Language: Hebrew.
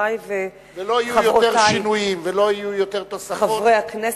חברי וחברותי חברי הכנסת,